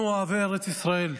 אנחנו אוהבי ארץ ישראל,